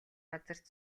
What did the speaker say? газарт